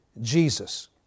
Jesus